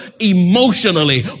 emotionally